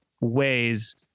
ways